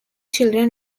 children